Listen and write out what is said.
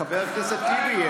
חבר הכנסת טיבי,